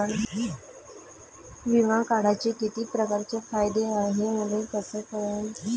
बिमा काढाचे कितीक परकारचे फायदे हाय मले कस कळन?